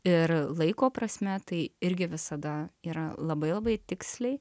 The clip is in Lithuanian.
ir laiko prasme tai irgi visada yra labai labai tiksliai